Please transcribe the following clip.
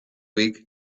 week